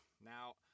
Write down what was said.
Now